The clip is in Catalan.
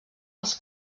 els